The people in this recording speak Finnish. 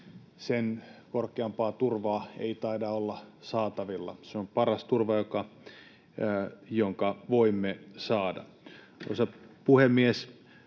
sen korkeampaa turvaa ei taida olla saatavilla. Se on paras turva, jonka voimme saada.